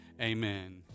Amen